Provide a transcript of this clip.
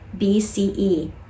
BCE